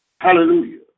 hallelujah